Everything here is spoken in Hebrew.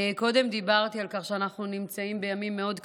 קודם דיברתי על כך שאנחנו נמצאים בימים קשים מאוד,